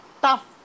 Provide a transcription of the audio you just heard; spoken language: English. tough